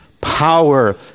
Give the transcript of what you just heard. power